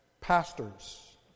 pastors